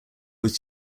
was